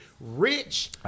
rich